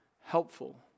helpful